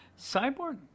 Cyborg